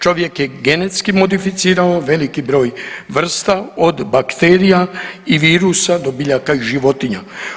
Čovjek je genetski modificirao veliki broj vrsta od bakterija i virusa do biljaka i životinja.